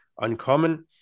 uncommon